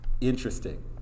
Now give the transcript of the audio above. interesting